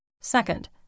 Second